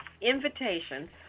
invitations